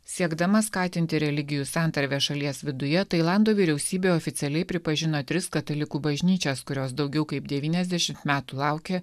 siekdama skatinti religijų santarvę šalies viduje tailando vyriausybė oficialiai pripažino tris katalikų bažnyčias kurios daugiau kaip devyniasdešimt metų laukė